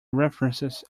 references